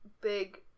big